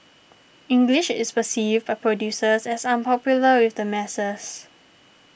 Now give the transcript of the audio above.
English is perceived by producers as unpopular with the masses